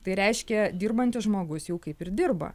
tai reiškia dirbantis žmogus jau kaip ir dirba